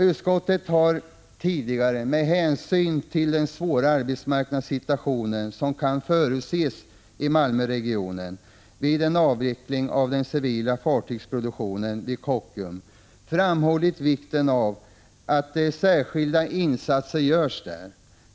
Utskottet har tidigare, med hänsyn till den svåra arbetsmarknadssituation som kan förutses i Malmöregionen vid en avveckling av den civila fartygsproduktionen vid Kockums, framhållit vikten av att särskilda insatser görs där.